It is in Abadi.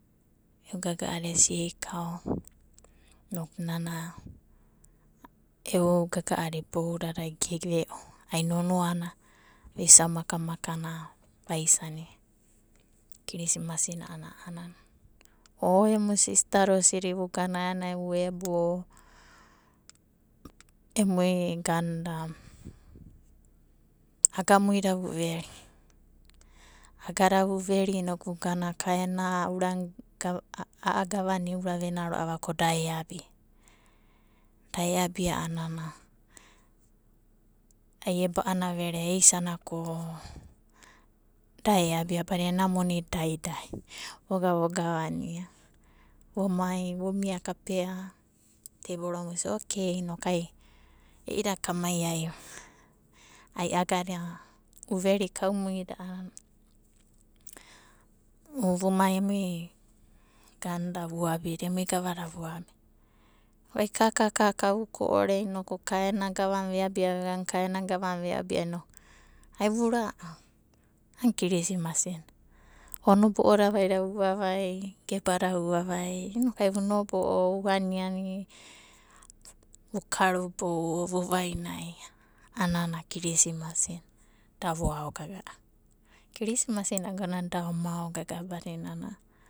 E'u gaga'ada esieikao inoku nana e'u gaga'ada iboudadai geve'o. Ai nonoana vuisau makamakana ama isania. Kirisimasi na ana a'anana. O emu sistada osidi vugana aenai vuebo emui agamuida vuveri. Agoda vuveri inokai vuga ka ena ura, a'a gavana euravena va ko da eabia a'anana ai eba'ana vere eisana ko da eabia badina ena monida da idai voga vogavania vomai vomia kapea teiboronai vosia okei inokai i'ida kamai ai va. Ai agada uveri kaumuida vumai emui gavada vuabi. Inoku ai kaka kaka vuko'ore inokai ka ena gavana veabia vegana ka ena gavana veabia inokai vura'au. Kirisimasi na o nobo'oda vaida vuvavai, gebada vu vavai inokai vu nobo'o, vu aniani, vukarubou, vu vainai a'ana kirisimasi na da voaogaga'a. Kirismasina agonana da oma aogaga'a badinana.